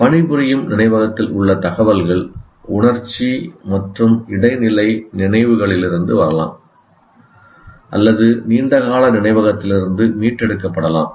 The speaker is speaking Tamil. பணிபுரியும் நினைவகத்தில் உள்ள தகவல்கள் உணர்ச்சி மற்றும் இடைநிலை நினைவுகளிலிருந்து வரலாம் அல்லது நீண்டகால நினைவகத்திலிருந்து மீட்டெடுக்கப்படலாம்